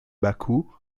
bakou